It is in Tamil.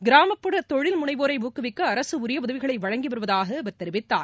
கிராமப்புற தொழில்முனைவோரை ஊக்குவிக்க அரசு உரிய உதவிகளை வழங்கி வருவதாக அவர் தெரிவித்தார்